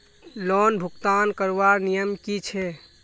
Loan भुगतान करवार नियम की छे?